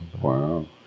Wow